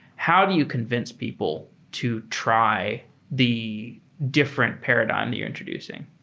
how do you convince people to try the different paradigm that you're introducing?